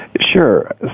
Sure